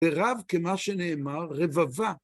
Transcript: ורב, כמה שנאמר, רבבה.